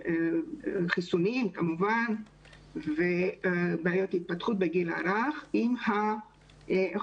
חיסונים ובעיות התפתחות בגיל הרך עם הזרועות